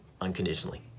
unconditionally